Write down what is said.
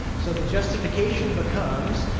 so, the justification becomes,